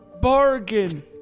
Bargain